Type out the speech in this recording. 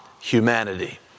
humanity